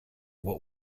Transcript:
what